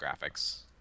graphics